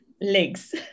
Legs